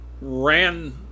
Ran